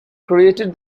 created